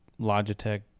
Logitech